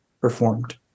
Performed